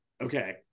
okay